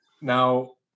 Now